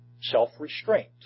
self-restraint